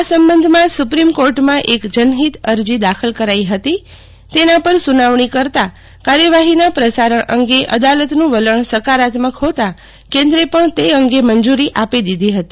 આ સંબંધે સુપ્રીમ કોર્ટમાં એક જનહિતની અરજી દાખલ કરાઈ હતી તેના પર સુનવણી કરતાં કાર્યવાહીના પ્રસારણ અંગે અદાલતનું વલણ સકારાત્મક હોતા કેન્દ્રે પણ તે અંગે મંજુરી આપી દીધી હતી